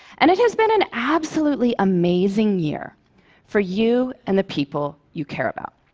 and it has been an absolutely amazing year for you and the people you care about.